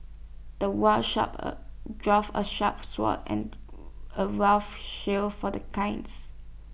the war sharp A dwarf A sharp sword and A rough shield for the kinds